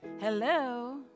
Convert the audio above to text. Hello